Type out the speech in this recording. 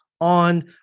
on